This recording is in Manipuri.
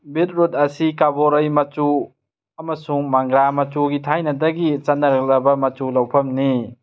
ꯕꯤꯠꯔꯨꯠ ꯑꯁꯤ ꯀꯕꯣꯔꯩ ꯃꯆꯨ ꯑꯃꯁꯨꯡ ꯃꯪꯒ꯭ꯔꯥ ꯃꯆꯨꯒꯤ ꯊꯥꯏꯅꯗꯒꯤ ꯆꯠꯅꯔꯛꯂꯕ ꯃꯆꯨ ꯂꯧꯐꯝꯅꯤ